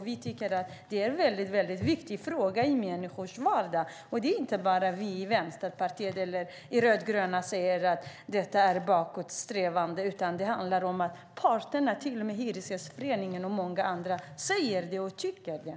Vi tycker att det är en väldigt viktig fråga i människors vardag. Det är inte bara vi i Vänsterpartiet eller de rödgröna som säger att detta är bakåtsträvande, utan det handlar om att parterna, till och med Hyresgästföreningen och många andra, säger det och tycker det.